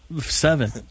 Seven